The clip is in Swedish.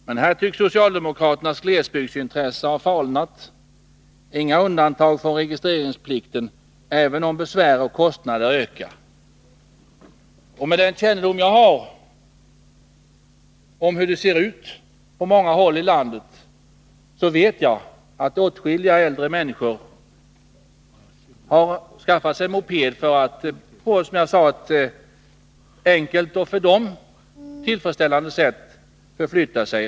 Men här tycks socialdemokraternas glesbygdsintresse ha svalnat. Här vill man inte ha några undantag från registreringsplikten, även om besvär och kostnader ökar. Med den kännedom jag har om hur det ser ut på många håll i landet vet jag att åtskilliga äldre människor har skaffat sig moped för att, som jag sade, på ett enkelt och för dem tillfredsställande sätt förflytta sig.